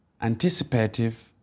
anticipative